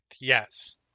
yes